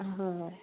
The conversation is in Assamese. হয়